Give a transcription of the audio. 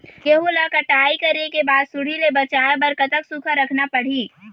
गेहूं ला कटाई करे बाद सुण्डी ले बचाए बर कतक सूखा रखना पड़ही?